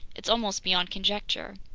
it's almost beyond conjecture.